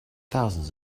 thousands